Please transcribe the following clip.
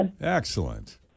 Excellent